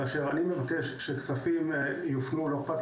כאשר אני מבקש שכספים יופנו ולא אכפת